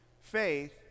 faith